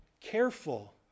careful